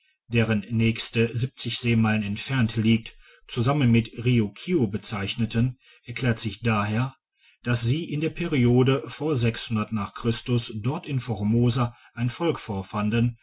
deren nächste seemeilen entfernt liegt zusammen mit riukiu bezeichneten erklärt sich daher dass sie in der periode vor nach christus dort in formosa ein volk vorfanden